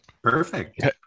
perfect